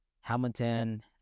Hamilton